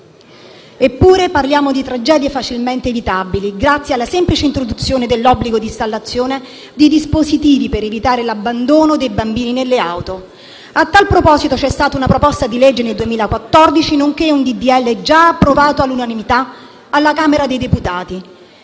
Eppure, parliamo di tragedie facilmente evitabili, grazie alla semplice introduzione dell'obbligo di installazione di dispositivi per evitare l'abbandono dei bambini nelle auto. A tal proposito, c'è stata una proposta di legge nel 2014, nonché un disegno di legge già approvato all'unanimità dalla Camera dei deputati.